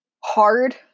hard